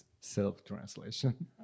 self-translation